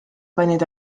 panid